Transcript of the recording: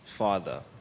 Father